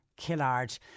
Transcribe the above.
Killard